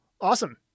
awesome